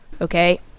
Okay